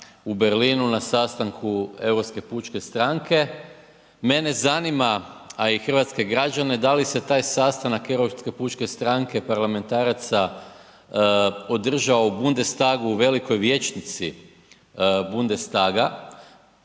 u Berlinu na sastanku Europske pučke stranke. Mene zanima, a i hrvatske građane da li se taj sastanak EPS parlamentaraca održao u Bundestagu u velikoj vijećnici Bundestaga.